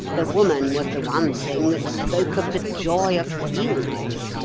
the woman was the one thing that spoke of the joy of yielding.